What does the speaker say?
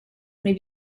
may